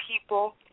people